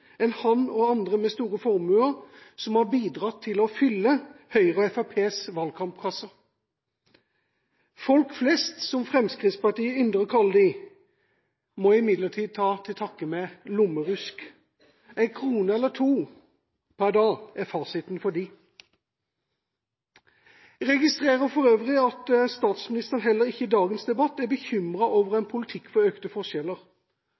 enn han og andre med store formuer som har bidratt til å fylle Høyre og Fremskrittspartiets valgkampkasser. Folk flest, som Fremskrittspartiet ynder å kalle dem, må imidlertid ta til takke med lommerusk – ei krone eller to per dag er fasiten for dem. Jeg registrerer for øvrig at statsministeren heller ikke i dagens debatt er bekymret over en politikk for økte forskjeller.